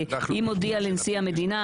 אם הודיע לנשיא המדינה,